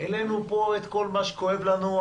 העלנו פה את כל מה שכואב לנו,